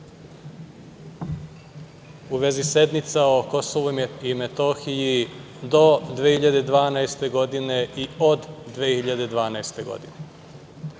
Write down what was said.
u vezi sednica o Kosovu i Metohiji do 2012. godine i od 2012. godine.